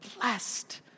blessed